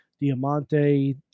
Diamante